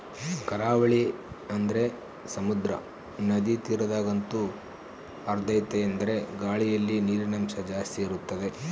ಕರಾವಳಿ ಅಂದರೆ ಸಮುದ್ರ, ನದಿ ತೀರದಗಂತೂ ಆರ್ದ್ರತೆಯೆಂದರೆ ಗಾಳಿಯಲ್ಲಿ ನೀರಿನಂಶ ಜಾಸ್ತಿ ಇರುತ್ತದೆ